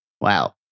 Wow